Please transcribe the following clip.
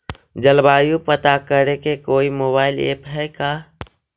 जलवायु पता करे के कोइ मोबाईल ऐप है का?